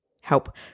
help